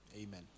Amen